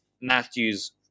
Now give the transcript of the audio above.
Matthews